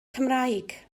cymraeg